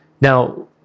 Now